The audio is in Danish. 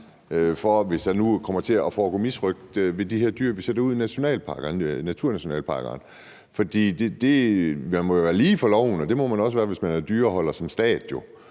han nu kommer til at foretage misrøgt på de her dyr, vi sætter ud i naturnationalparkerne. For man må jo være lige for loven, og det må man også være, hvis man som stat